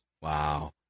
wow